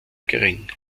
gering